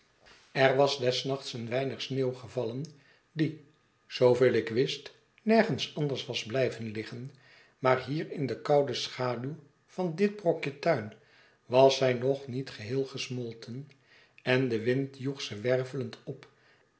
er was des nachts een weinig sneeuw gevallen die zooveel ik wist nergens anders was bl'yven liggen maar hier in de koude schaduw van dit brokje tuin was zij nog niet geheel gesmolten en de wind joeg ze wervelend op